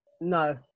No